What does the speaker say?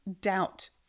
doubt